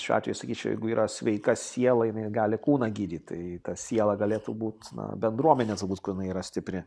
šiuo atveju sakyčiau jeigu yra sveika siela jinai gali kūną gydyt tai ta siela galėtų būt bendruomenės turbūt kur jinai yra stipri